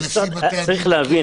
נשיא בתי-הדין מכיר אותה?